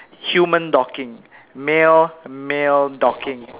human docking male male docking